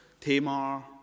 Tamar